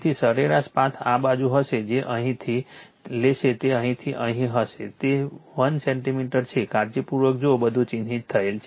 તેથી સરેરાશ પાથ આ બાજુ હશે તે અહીંથી લેશે તે અહીંથી અહીં હશે તે 1 સેન્ટિમીટર છે કાળજીપૂર્વક જુઓ બધું ચિહ્નિત થયેલ છે